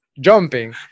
jumping